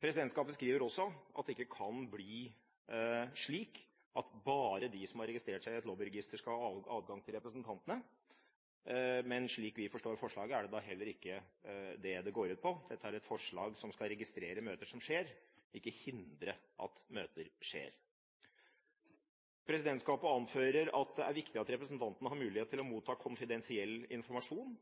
Presidentskapet skriver også at det ikke kan bli slik at bare de som har registrert seg i et lobbyregister, skal ha adgang til representantene. Men slik vi forstår forslaget, er det da heller ikke det det går ut på. Dette er et forslag som skal registrere møter som skjer, ikke hindre at møter skjer. Presidentskapet anfører at det er viktig at representantene har mulighet til å motta konfidensiell informasjon.